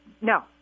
no